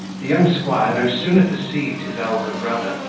the young squire no sooner perceived his elder brother,